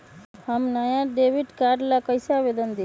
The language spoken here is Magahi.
हम नया डेबिट कार्ड ला कईसे आवेदन दिउ?